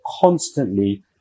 constantly